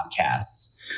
podcasts